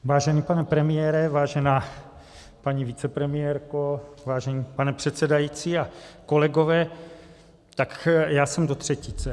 Vážený pane premiére, vážená paní vicepremiérko, vážený pane předsedající a kolegové, tak já jsem do třetice.